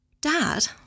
Dad